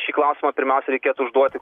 šį klausimą pirmiausia reikėtų užduoti